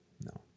no